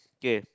K